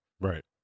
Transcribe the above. right